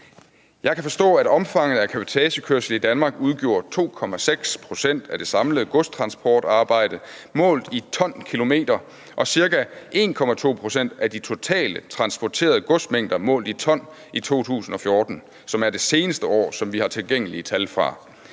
Jeg kan forstå, at omfanget af cabotagekørsel i Danmark udgjorde 2,6 pct. af det samlede godstransportarbejde mål i tonkilometer og ca. 1,2 pct. af de totalt transporterede godsmængder målt i ton i 2014, som er det seneste år, som vi har tilgængelige tal fra.